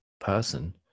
person